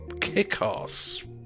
kick-ass